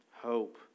Hope